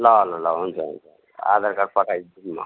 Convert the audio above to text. ल ल ल हुन्छ हुन्छ आधारकार्ड पठाइदिन्छु नि म